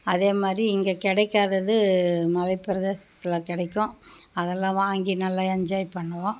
அதே மாதிரி இங்கே கிடைக்காதது மலை பிரதேசத்தில் கிடைக்கும் அதெல்லாம் வாங்கி நல்லா என்ஜாய் பண்ணுவோம்